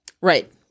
Right